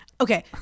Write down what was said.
Okay